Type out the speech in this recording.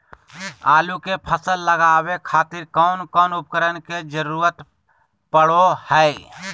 आलू के फसल लगावे खातिर कौन कौन उपकरण के जरूरत पढ़ो हाय?